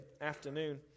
afternoon